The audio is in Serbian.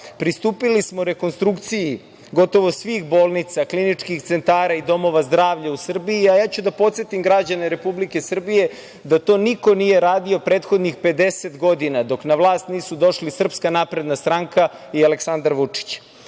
pristupili smo rekonstrukciji gotovo svih bolnica, kliničkih centara i domova zdravlja u Srbiji, a ja ću da podsetim građane Republike Srbije da to niko nije radio prethodnih 50 godina, dok na vlast nisu došli SNS i Aleksandar Vučić. Hoćemo